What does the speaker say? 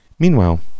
Meanwhile